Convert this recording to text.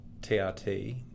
TRT